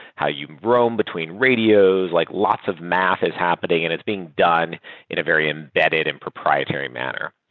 how you roam between radios, like lots of math is happening and it's being done in a very embedded and proprietary manner.